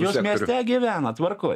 jūs mieste gyvenat tvarkoj